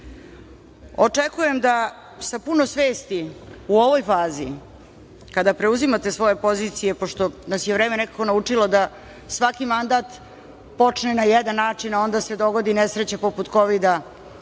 očekujem da sa puno svesti u ovoj fazi kada preuzimate svoje pozicije, pošto nas je vreme nekako naučilo da svaki mandat počne na jedan način, a onda se dogodi nesreća poput Kovida